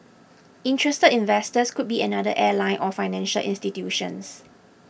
interested investors could be another airline or financial institutions